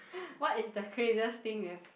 what is the craziest thing you have